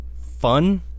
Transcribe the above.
fun